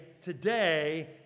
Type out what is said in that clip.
today